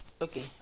Okay